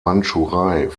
mandschurei